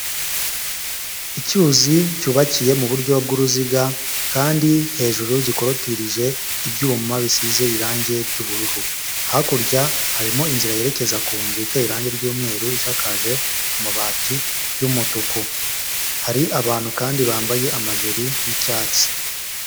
Icyuzi cyubakiye mu buryo bw'uruziga kandi hejuru gikorotirije ibyuma bisize irange ry'ubururu, hakurya harimo inzira yerekeza ku nzu iteye irange ry'umweru ishakaje amabati y'umutuku, hari abantu kandi bambaye amajire y'icyatsi.